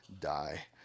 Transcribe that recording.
die